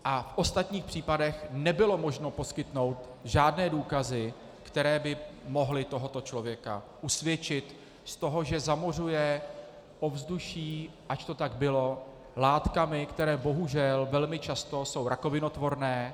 V ostatních případech nebylo možno poskytnout žádné důkazy, které by mohly tohoto člověka usvědčit z toho, že zamořuje ovzduší, ač to tak bylo, látkami, které bohužel jsou velmi často rakovinotvorné.